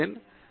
B